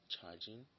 charging